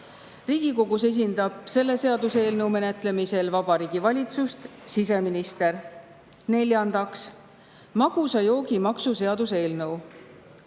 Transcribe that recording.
Riigikogus esindab selle seaduseelnõu menetlemisel Vabariigi Valitsust siseminister. Neljandaks, magusa joogi maksu seaduse eelnõu.